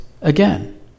again